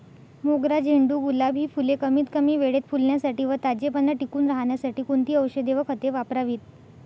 मोगरा, झेंडू, गुलाब हि फूले कमीत कमी वेळेत फुलण्यासाठी व ताजेपणा टिकून राहण्यासाठी कोणती औषधे व खते वापरावीत?